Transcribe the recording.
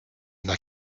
n’a